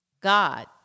God